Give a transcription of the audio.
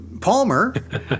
Palmer